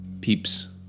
peeps